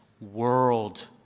world